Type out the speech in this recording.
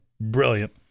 Brilliant